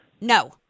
No